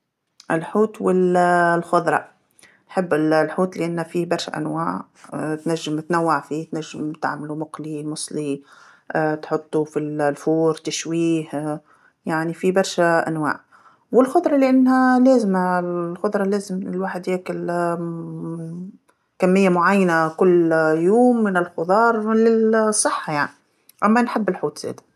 الحوت وال- الخضرا، نحب ال- الحوت لأن فيه برشا أنواع، تنجم تنوع فيه تنجم تعملو مقلي تحطو في الفرن تشويه، يعني في برشا أنواع، والخضرا لأنها لازمه، ال-الخضرا لازم الواحد ياكل كميه معينه كل يوم من الخضار لل- الصحة يعني، أما نحب الحوت زاده.